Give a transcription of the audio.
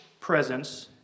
presence